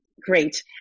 Great